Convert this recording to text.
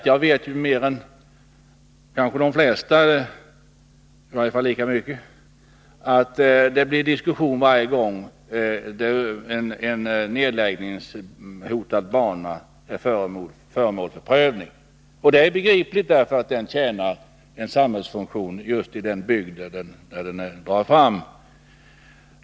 Jag vet lika bra som de flesta att det blir diskussion varje gång nedläggningen av en bana är föremål för prövning. Och det är begripligt — den fyller en samhällsfunktion just i den bygd där den drar fram.